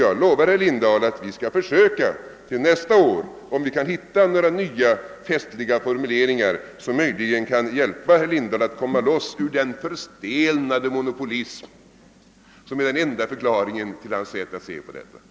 Jag lovar herr Lindahl att vi till nästa år skall försöka att hitta några nya festliga formuleringar, som möjligen kan hjälpa honom att komma loss ur den förstelnade monopolism som är den enda förklaringen till hans sätt att se på denna fråga.